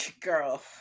Girl